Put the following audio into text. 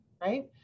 right